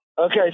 Okay